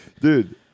Dude